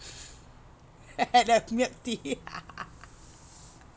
the milk tea